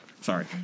sorry